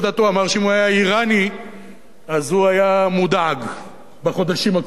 אמר שאם הוא היה אירני הוא היה מודאג בחודשים הקרובים.